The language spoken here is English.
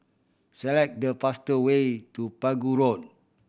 select the faster way to Pegu Road